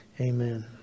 amen